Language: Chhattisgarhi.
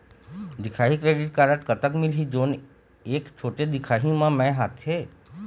दिखाही क्रेडिट कारड कतक मिलही जोन एक छोटे दिखाही म मैं हर आथे?